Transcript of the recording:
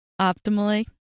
optimally